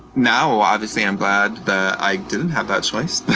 now obviously i'm glad that i didn't have that choice, but